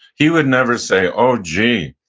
he would never say, oh, gee.